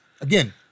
Again